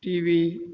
TV